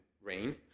rain